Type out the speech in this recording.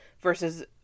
versus